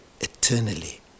eternally